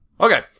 Okay